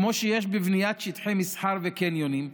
כמו שיש בבניית שטחי מסחר וקניונים,